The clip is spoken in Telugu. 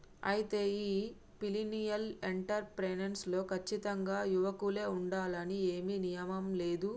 అయితే ఈ మిలినియల్ ఎంటర్ ప్రెన్యుర్ లో కచ్చితంగా యువకులే ఉండాలని ఏమీ నియమం లేదు